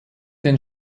den